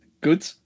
Good